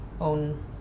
own